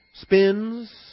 spins